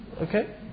Okay